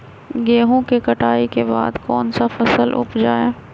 गेंहू के कटाई के बाद कौन सा फसल उप जाए?